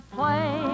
play